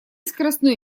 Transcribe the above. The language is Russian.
скоростной